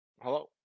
Hello